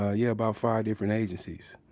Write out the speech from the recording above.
ah yeah, about five different agencies.